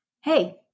Hey